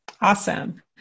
Awesome